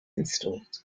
installed